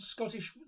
Scottish